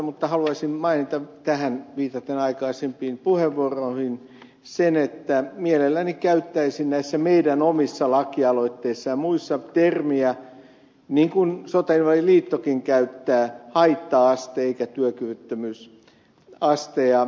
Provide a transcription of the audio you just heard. mutta haluaisin mainita viitaten aikaisempiin puheenvuoroihin sen että mielelläni käyttäisin näissä meidän omissa lakialoitteissamme ja muissa termiä niin kuin sotainvalidien veljesliittokin käyttää haitta aste eikä työkyvyttömyysaste